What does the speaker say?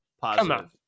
positive